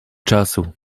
czasu